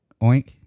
Oink